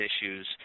issues